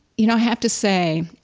you know, have to say,